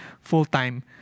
full-time